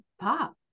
pop